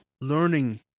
learning